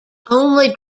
only